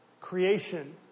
Creation